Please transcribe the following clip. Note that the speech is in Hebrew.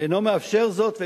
אינו מאפשר זאת.